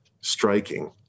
striking